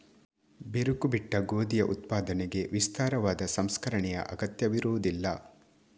ಬಿರುಕು ಬಿಟ್ಟ ಗೋಧಿಯ ಉತ್ಪಾದನೆಗೆ ವಿಸ್ತಾರವಾದ ಸಂಸ್ಕರಣೆಯ ಅಗತ್ಯವಿರುವುದಿಲ್ಲ